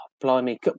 blimey